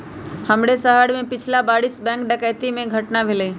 हमरे शहर में पछिला बरिस बैंक डकैती कें घटना भेलइ